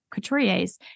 couturiers